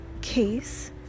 case